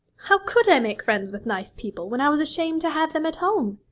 how could i make friends with nice people when i was ashamed to have them at home?